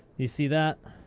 you see that?